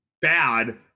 bad